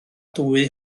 dwy